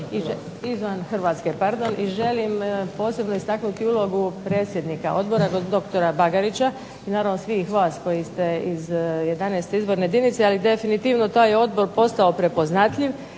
izvan Hrvatske i želim posebno istaknuti ulogu predsjednika dr. Bagarića i naravno svih vas koji ste iz 11. izborne jedinice, ali definitivno taj je odbor postao prepoznatljiv